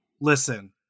Listen